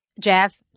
Jeff